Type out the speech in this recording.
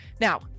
Now